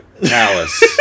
palace